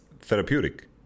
therapeutic